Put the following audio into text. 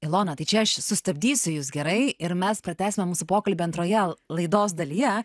ilona tai čia aš sustabdysiu jus gerai ir mes pratęsime mūsų pokalbį antroje laidos dalyje